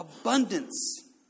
abundance